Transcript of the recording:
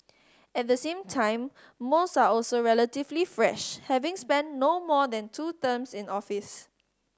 at the same time most are also relatively fresh having spent no more than two terms in office